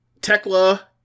Tekla